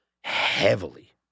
heavily